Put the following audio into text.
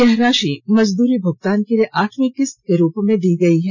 यह राशि मजदूरी भुगतान के लिए आठवीं किस्त के रूप में दी गयी है